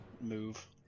move